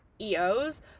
eos